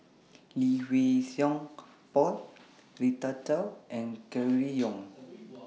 Lee Wei Song Paul Rita Chao and Gregory Yong